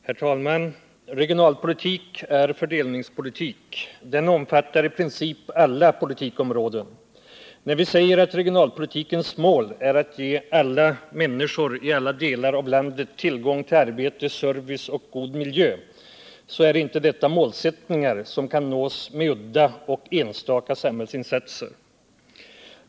Herr talman! Regionalpolitik är fördelningspolitik. Den omfattar i princip alla politiska områden. När vi säger att regionalpolitikens mål är att ge människor i alla delar av landet tillgång till arbete, service och god miljö, är detta målsättningar som inte kan nås med udda och enstaka samhällsinsatser.